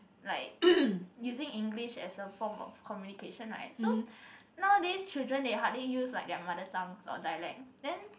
like using English as a form of communication right so nowadays children they hardly use like their mother tongue or dialect then